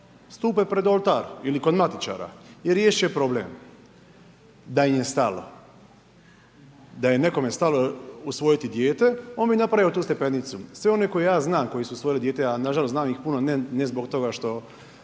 stupe pred oltar ili pred matičara i riješen problem, da im je stalo. Da je nekome stalo usvojiti dijete on bi napravio tu stepenicu. Sve one koje ja znam, koji su usvojili dijete, a nažalost znam ih puno, ne zbog toga što